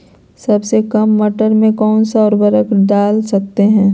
सबसे काम मटर में कौन सा ऊर्वरक दल सकते हैं?